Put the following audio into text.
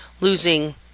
losing